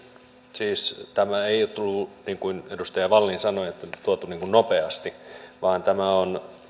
siis tämä ei ole tullut niin kuin edustaja wallin sanoi nopeasti vaan tämä on